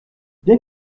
bien